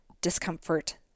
Discomfort